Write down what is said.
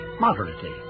moderately